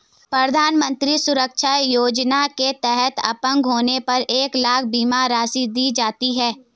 प्रधानमंत्री सुरक्षा योजना के तहत अपंग होने पर एक लाख बीमा राशि दी जाती है